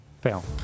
Fail